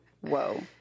Whoa